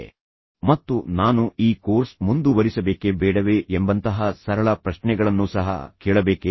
ಆದ್ದರಿಂದ ನಾನು ನಿಜವಾಗಿಯೂ ಅದನ್ನು ಮಾಡಬೇಕೇ ಮತ್ತು ನಾನು ಈ ಕೋರ್ಸ್ ಅನ್ನು ಮುಂದುವರಿಸಬೇಕೇ ಅಥವಾ ಬೇಡವೇ ಎಂಬಂತಹ ಸರಳ ಪ್ರಶ್ನೆಗಳನ್ನು ಸಹ ಕೇಳಬೇಕೇ